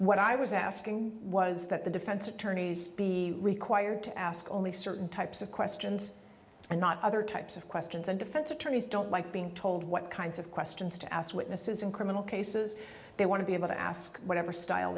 what i was asking was that the defense attorneys be required to ask only certain types of questions and not other types of questions and defense attorneys don't like being told what kinds of questions to ask witnesses in criminal cases they want to be able to ask whatever style